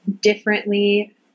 differently